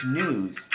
news